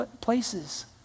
places